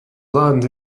land